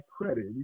credit